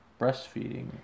Breastfeeding